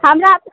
हमरा